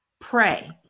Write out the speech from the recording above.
pray